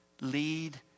lead